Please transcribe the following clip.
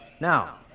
Now